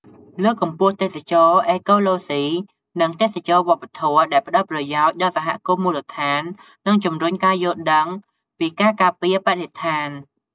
លើកកម្ពស់ទេសចរណ៍អេកូឡូស៊ី និងទេសចរណ៍វប្បធម៌ ដែលផ្តល់ប្រយោជន៍ដល់សហគមន៍មូលដ្ឋាន និងជំរុញការយល់ដឹងពីការការពារបរិស្ថាន។